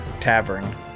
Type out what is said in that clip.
tavern